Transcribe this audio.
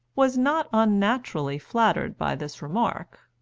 was not unnaturally flattered by this remark.